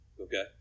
Okay